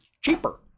cheaper